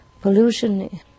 pollution